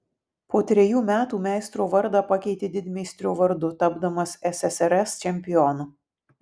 po trejų metų meistro vardą pakeitė didmeistrio vardu tapdamas ssrs čempionu